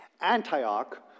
Antioch